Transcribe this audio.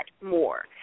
more